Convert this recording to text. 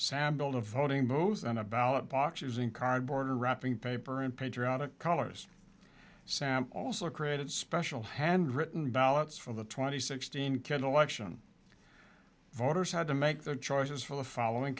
sandal of voting bows and about boxes in cardboard wrapping paper in patriotic colors sam also created special handwritten ballots for the twenty sixteen kennel action voters had to make their choices for the following